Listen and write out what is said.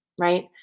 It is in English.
Right